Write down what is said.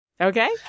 Okay